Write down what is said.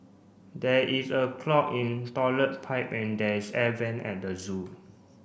there is a clog in toilet pipe and there is air vent at the zoo